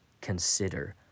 consider